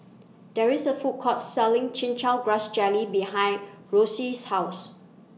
There IS A Food Court Selling Chin Chow Grass Jelly behind Roscoe's House